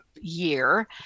year